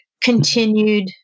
continued